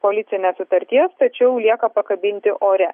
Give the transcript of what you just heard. koalicinės sutarties tačiau lieka pakabinti ore